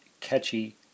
catchy